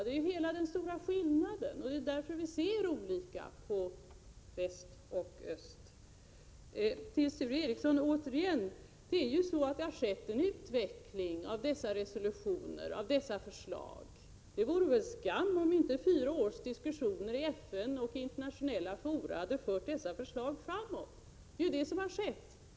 Det är den stora skillnaden, och det är därför vi ser olika på väst och öst. Till Sture Ericson återigen: Det har ju skett en utveckling av dessa resolutioner, av dessa förslag. Det vore väl skam om inte fyra års diskussioner i FN och andra internationella fora hade fört förslagen framåt. Det är ju detta som har skett.